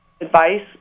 advice